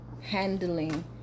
handling